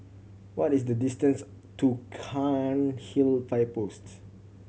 what is the distance to Cairnhill Fire Post